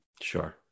Sure